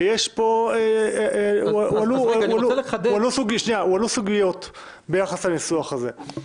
הועלו סוגיות ביחס לניסוח הזה.